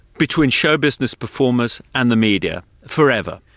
between show business performers and the media forever.